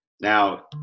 Now